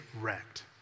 wrecked